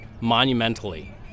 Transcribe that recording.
monumentally